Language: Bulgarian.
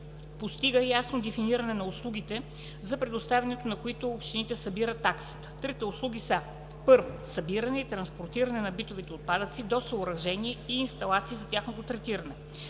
постига ясно дефиниране на услугите, за предоставянето на които общините събират таксата. Трите услуги са: 1. събиране и транспортиране на битови отпадъци до съоръжения и инсталации за тяхното третиране;